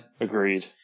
Agreed